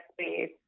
space